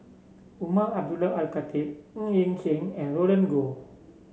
Umar Abdullah Al Khatib Ng Yi Sheng and Roland Goh